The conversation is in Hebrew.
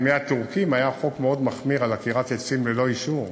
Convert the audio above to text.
בימי הטורקים היה חוק מאוד מחמיר על עקירת עצים ללא אישור.